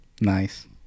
Nice